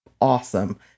awesome